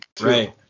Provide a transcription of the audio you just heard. Right